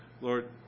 Lord